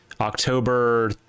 October